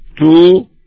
two